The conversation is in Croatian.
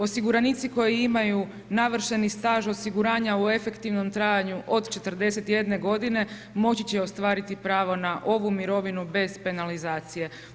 Osiguranici koji imaju navršeni staž osiguranja u efektivnom trajanju od 41 godine, moći će ostvariti pravo na ovu mirovinu bez penalizacije.